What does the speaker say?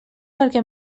perquè